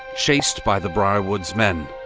chased by the briarwoods' men.